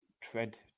tread